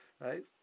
Right